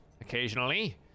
occasionally